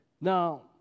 Now